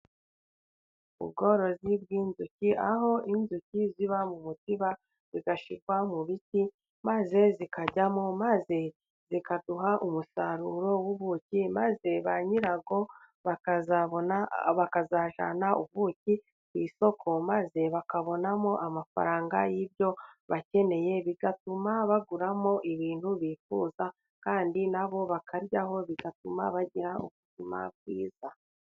Ubworozi bw'inzuki, aho inzuki ziba mu mutiba ugashyikwa mu biti maze zikaryamo, maze zikaduha umusaruro w'ubuki, maze ba nyirabwo bakazabona, bakazajyana ubuki ku isoko, maze bakabonamo amafaranga y'ibyo bakeneye, bigatuma baguramo ibintu bifuza, kandi nabo bakaryaho bigatuma bagira ubuzima bwiza.